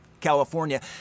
California